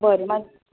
बरें माग